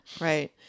right